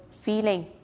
feeling